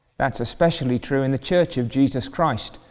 that's especially true in the church of jesus christ,